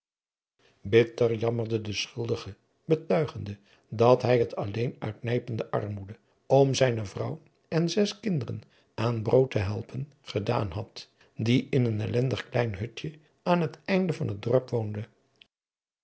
bitter jammerde de schuldige betuigende dat hij het alleen uit nijpende armoede om zijne vrouw en zes kinderen aan brood te helpen gedaan had die in een ellendig klein hutje aan het einde van het dorp woonden